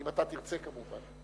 אם אתה תרצה כמובן.